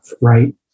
Right